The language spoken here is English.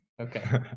okay